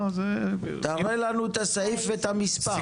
תראה לנו את הסעיף והמספר.